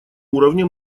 уровне